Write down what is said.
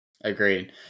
Agreed